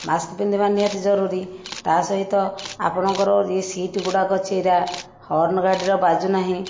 mask ପିନ୍ଧିବା ନିହାତି ଜରୁରୀ ତା ସହିତ ଆପଣଙ୍କର ଇଏ ସିଟ୍ଗୁଡ଼ାକ ଚିରା ହର୍ନ ଗାଡ଼ିର ବାଜୁ ନାହିଁ